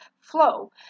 flow